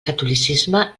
catolicisme